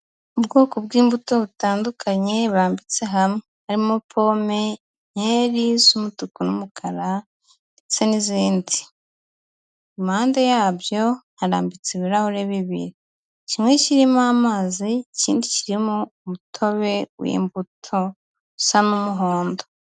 Ubwoko bw'imbuto butandukanye burambitse hamwe, harimo: pome, inkeri z'umutuku n'umukara ndetse n'izindi, impande yabyo harambitse ibirahure bibi, kimwe kirimo amazi n'ikindi kirimo umutobe w'imbuto usa n'umuhondo.